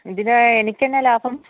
ഇതിൽ എനിക്ക് എന്താണ് ലാഭം